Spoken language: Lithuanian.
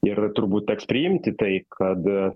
ir turbūt teks priimti tai kad